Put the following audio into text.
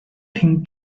thing